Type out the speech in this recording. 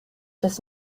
does